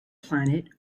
planet